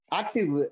active